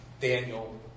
Daniel